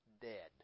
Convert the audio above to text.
dead